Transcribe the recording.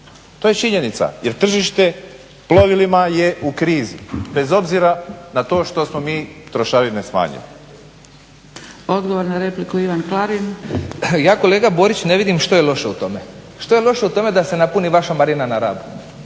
To je činjenica jer tržište plovilima je u krizi bez obzira na to što smo mi trošarine smanjili. **Zgrebec, Dragica (SDP)** Odgovor na repliku Ivan Klarin. **Klarin, Ivan (SDP)** Ja kolega Borić ne vidim što je loše u tome. Što je loše u tome da se napuni vaša marina na Rabu?